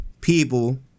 people